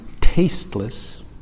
tasteless